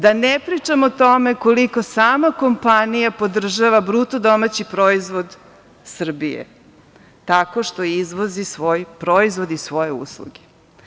Da ne pričam o tome koliko sama kompanija podržava BDP Srbije, tako što izvozi svoj proizvod i svoje usluge.